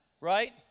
Right